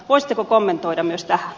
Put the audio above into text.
voisitteko kommentoida myös tähän